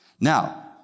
Now